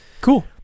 cool